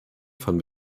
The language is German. von